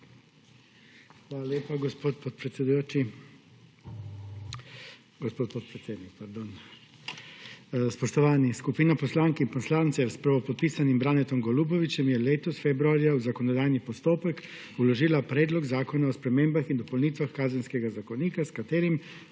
Hvala lepa, gospod podpredsednik. Spoštovani! Skupina poslank in poslancev s prvopodpisanim Branetom Golubovićem je letos februarja v zakonodajni postopek vložila predlog zakona o spremembah in dopolnitvah Kazenskega zakonika, s katerim